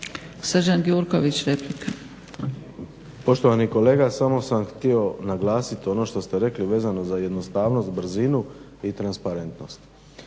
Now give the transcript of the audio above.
**Gjurković, Srđan (HNS)** Poštovani kolega samo sam htio naglasiti ono što ste rekli vezano za jednostavnost, brzinu i transparentnost.